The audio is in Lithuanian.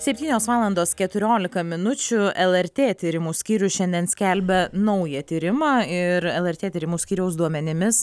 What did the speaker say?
septynios valandos keturiolika minučių lrt tyrimų skyrius šiandien skelbia naują tyrimą ir lrt tyrimų skyriaus duomenimis